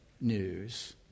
news